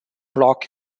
block